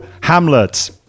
Hamlet